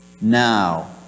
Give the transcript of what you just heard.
now